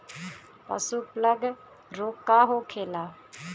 पशु प्लग रोग का होखेला?